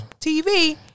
TV